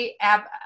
app